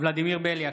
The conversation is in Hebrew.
ולדימיר בליאק,